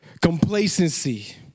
Complacency